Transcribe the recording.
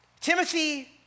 Timothy